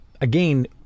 again